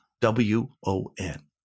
W-O-N